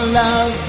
love